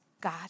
God